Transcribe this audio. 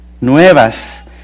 nuevas